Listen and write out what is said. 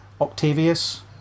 Octavius